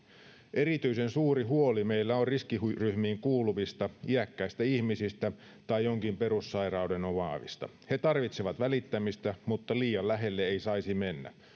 erityisen suuri huoli meillä on riskiryhmiin kuuluvista iäkkäistä ihmisistä tai jonkin perussairauden omaavista he tarvitsevat välittämistä mutta liian lähelle ei saisi mennä